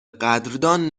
قدردان